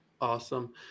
awesome